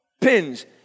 Pins